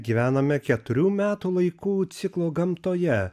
gyvename keturių metų laikų ciklo gamtoje